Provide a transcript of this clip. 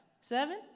seven